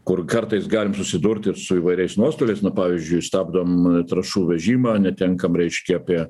kur kartais galim susidurti su įvairiais nuostoliais nuo pavyzdžiui stabdom trąšų vežimą netenkam reiškia apie